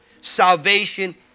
salvation